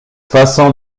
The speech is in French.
façon